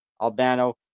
Albano